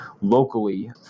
locally